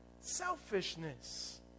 selfishness